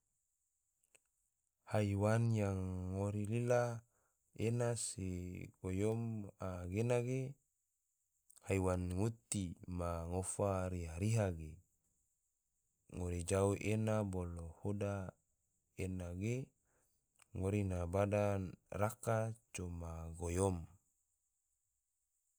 Haiwan yang ngori lila ena se goyom anggena ge, haiwan nguti ma ngofa riha-riha ge, ngori jau ena bolo hoda ena ge ngori na bada raka coma goyom.".